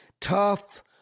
tough